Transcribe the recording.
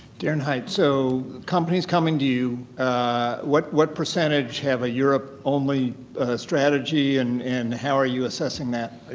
darren hi, so companies coming to you. what what percentage have a europe only strategy and and how are you assessing that?